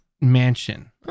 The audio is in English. Mansion